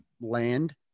land